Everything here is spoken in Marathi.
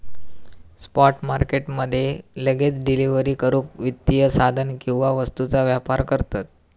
स्पॉट मार्केट मध्ये लगेच डिलीवरी करूक वित्तीय साधन किंवा वस्तूंचा व्यापार करतत